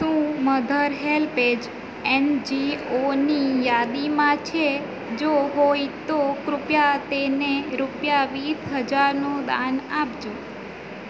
શું mother HelpAge એનજીઓની યાદીમાં છે જો હોય તો કૃપયા તેને રૂપિયા વીસ હજારનું દાન આપજો